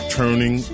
turning